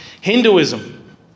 Hinduism